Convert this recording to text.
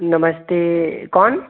नमस्ते कौन